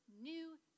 new